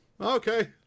Okay